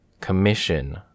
Commission